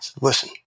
listen